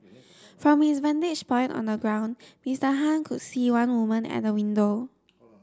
from his vantage point on the ground Mister Han could see one woman at the window